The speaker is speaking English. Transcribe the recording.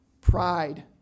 pride